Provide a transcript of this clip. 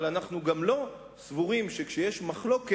אבל אנחנו גם לא סבורים שכשיש מחלוקת,